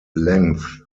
length